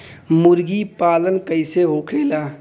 मुर्गी पालन कैसे होखेला?